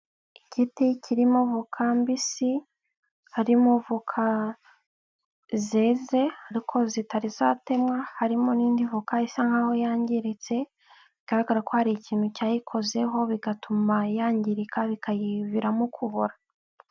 Igiti kirimo voka mbisi, harimo voka zeze ariko zitari zatemwa, harimo n'indi voka isa nk'aho yangiritse bigaragara ko hari ikintu cyayikozeho bigatuma yangirika bikayiviramo kubora.